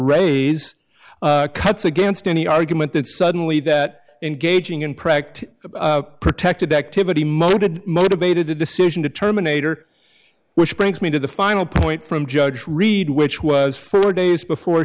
raise cuts against any argument that suddenly that engaging in practice protected activity mounted motivated a decision to terminate or which brings me to the final point from judge read which was four days before